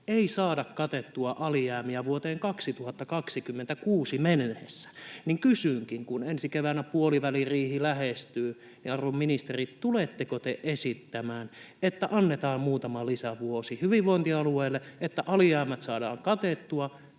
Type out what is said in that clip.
ei saada katettua alijäämiä vuoteen 2026 mennessä. Kysynkin: kun ensi keväänä puoliväliriihi lähestyy, tuletteko te, arvon ministerit, esittämään, että annetaan muutama lisävuosi hyvinvointialueille, niin että alijäämät saadaan katettua